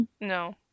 No